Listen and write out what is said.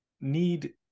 need